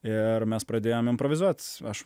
ir mes pradėjom improvizuot aš